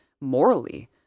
morally